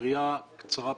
היריעה קצרה,